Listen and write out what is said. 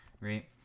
right